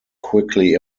quickly